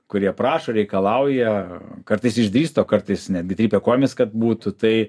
kurie prašo reikalauja kartais išdrįsta o kartais netgi trypia kojomis kad būtų tai